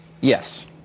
Yes